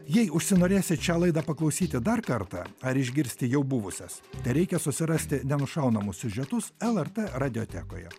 jei užsinorėsit šią laidą paklausyti dar kartą ar išgirsti jau buvusias tereikia susirasti nenušaunamus siužetus lrt radiotekoje